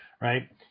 right